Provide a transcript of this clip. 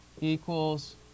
equals